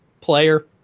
player